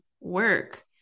work